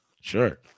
Sure